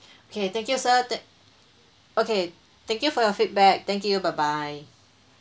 okay thank you sir thank okay thank you for your feedback thank you bye bye